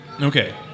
Okay